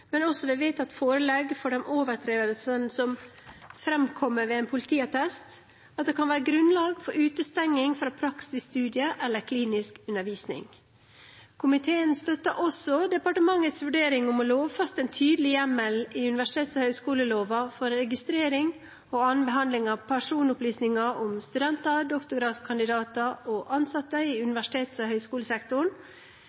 men også ved vedtatt forelegg for de overtredelsene som framkommer ved en politiattest, at det kan være grunnlag for utestenging fra praksisstudier eller klinisk undervisning. Komiteen støtter også departementets vurdering om å lovfeste en tydelig hjemmel i universitets- og høyskoleloven for registrering og annen behandling av personopplysninger om studenter, doktorgradskandidater og ansatte i